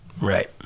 Right